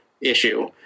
issue